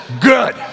good